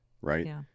right